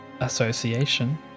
association